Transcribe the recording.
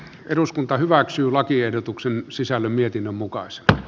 eduskunta hyväksyy lakiehdotuksen sisällä mietinnön mukaisesti